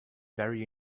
very